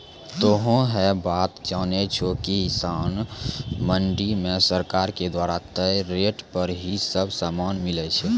तोहों है बात जानै छो कि किसान मंडी मॅ सरकार के द्वारा तय रेट पर ही सब सामान मिलै छै